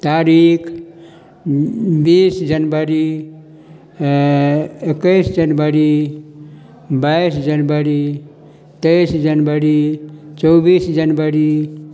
तारीक बीस जनवरी एकैस जनवरी बाईस जनवरी तेइस जनवरी चौबीस जनवरी